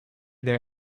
there